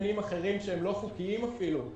עניינים אחרים שהם לא חוקיים אפילו.